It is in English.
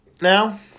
now